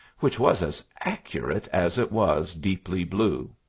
which was as accurate as it was deeply blue.